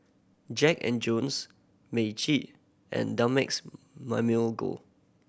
Jack and Jones Meiji and Dumex Mamil Gold